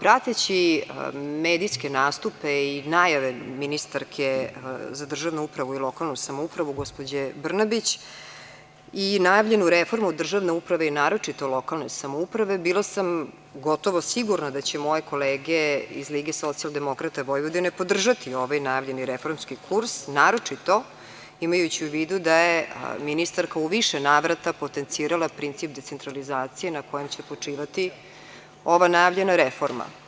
prateći medijski nastupe i najave ministarke za državnu upravu i lokalnu samoupravu gospođe Brnabić i najavljenu reformu državne uprave i naročito lokalne samouprave bila sam gotovo sigurna da će moje kolege iz LSV podržati ovaj najavljeni reformski kurs, naročito imajući u vidu da je ministarka u više navrata potencirala princip decentralizacije na kojim će počivati ova najavljena reforma.